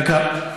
דקה.